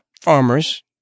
farmers